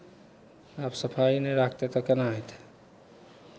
आब सफाइ नहि रखतै तऽ केना हेतै